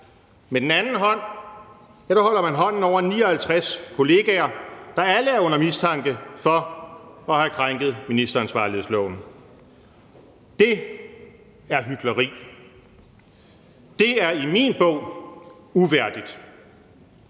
med den anden hånd holder man hånden over 59 kollegaer, der alle er under mistanke for at have brudt ministeransvarlighedsloven. Det er hykleri; det er i min bog uværdigt;